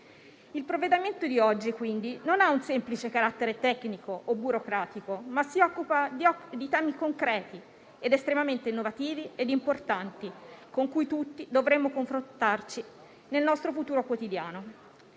Il provvedimento di oggi, quindi, non ha un semplice carattere tecnico o burocratico, ma si occupa di temi concreti ed estremamente innovativi e importanti, con cui tutti dovremmo confrontarci nel nostro futuro quotidiano.